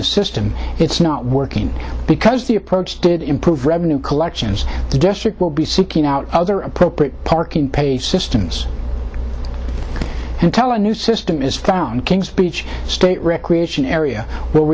the system it's not working because the approach did improve revenue collections the district will be seeking out other appropriate parking pay systems and tell our new system is found king's speech state recreation area will